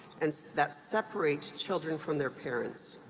and that separate children from their parents.